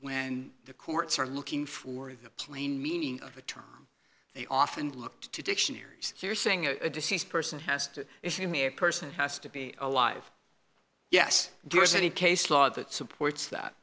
when the courts are looking for the plain meaning of the term they often look to dictionaries here saying a deceased person has to be a person has to be alive yes there's any case law that supports that